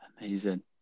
Amazing